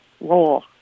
role